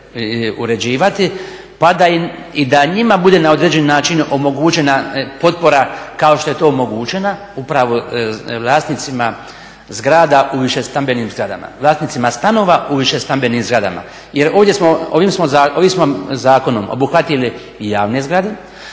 uređivati pa i da njima bude na određen način omogućena potpora kao što je to omogućena upravo vlasnicima zgrada u višestambenim zgradama, vlasnicima stanova u višestambenim zgradama jer ovim smo zakonom obuhvatili javne zgrade,